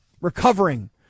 recovering